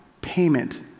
payment